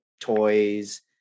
Toys